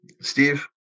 Steve